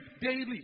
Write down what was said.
daily